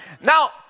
Now